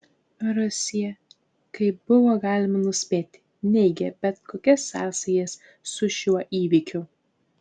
rusija kaip buvo galima nuspėti neigė bet kokias sąsajas su šiuo įvykiu